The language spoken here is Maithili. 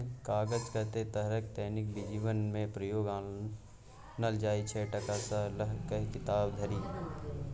कागत कतेको तरहक दैनिक जीबनमे प्रयोग आनल जाइ छै टका सँ लए कए किताब धरि